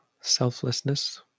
selflessness